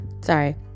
Sorry